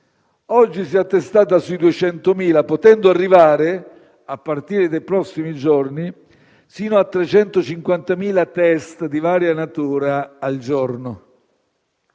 oggi si è attestata sui 200.000, potendo arrivare, a partire dai prossimi giorni, sino a 350.000 test (di varia natura) al giorno.